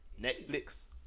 Netflix